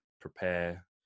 prepare